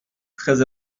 très